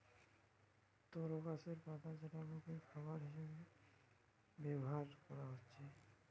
তরো গাছের পাতা যেটা লোকের খাবার হিসাবে ব্যভার কোরা হচ্ছে